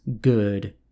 good